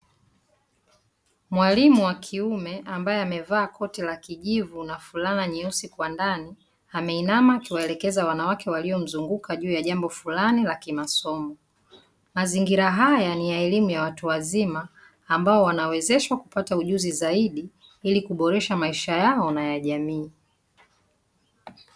Mwalimu wa kiume ambaye amevaa koti la kijivu na fulana nyeusi kwa ndani, ameinama kuwaelekeza wanawake waliomzunguka juu ya jambo fulani la kimasomo. Mazingira haya ni ya elimu ya watu wazima, ambao wanawezeshwa kupata ujuzi zaidi ili kuboresha maisha yao na ya jamii.